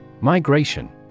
Migration